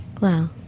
Wow